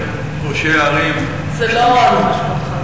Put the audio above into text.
רציתי לשאול,